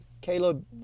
caleb